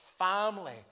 family